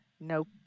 Nope